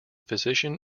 physician